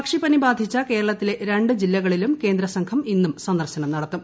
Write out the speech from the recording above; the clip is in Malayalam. പക്ഷിപ്പനി ബാധിച്ച കേരളത്തിലെ രണ്ട് ജില്ലകളിലും കേന്ദ്രസംഘം ഇന്നും സന്ദർശനം നടത്തും